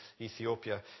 Ethiopia